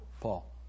Paul